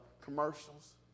commercials